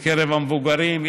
בקרב המבוגרים,